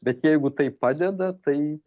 bet jeigu tai padeda tai